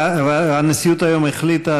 הנשיאות היום החליטה,